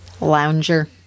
Lounger